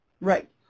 Right